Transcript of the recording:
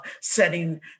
setting